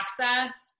access